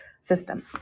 system